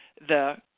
the